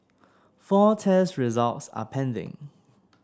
four test results are pending